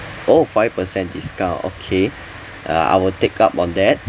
oh five per cent discount okay uh I will take up on that